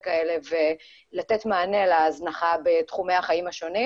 האלה ולתת מענה להזנחה בתחומי החיים השונים.